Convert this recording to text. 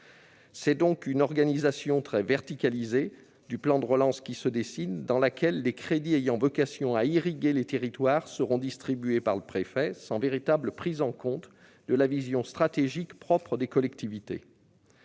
C'est donc une organisation très verticale du plan de relance qui se dessine, dans laquelle les crédits ayant vocation à irriguer les territoires seront distribués par le préfet, sans véritable prise en compte de la vision stratégique propre des collectivités.